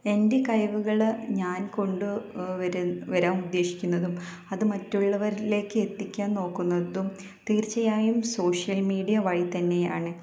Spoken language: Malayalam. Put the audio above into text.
എൻ്റെ കഴിവുകൾ ഞാൻ കൊണ്ടുവരാൻ ഉദ്ദേശിക്കുന്നതും അത് മറ്റുള്ളവരിലേക്ക് എത്തിക്കാൻ നോക്കുന്നതും തീർച്ചയായും സോഷ്യൽ മീഡിയ വഴി തന്നെയാണ്